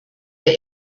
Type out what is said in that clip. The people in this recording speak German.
der